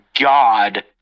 god